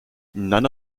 none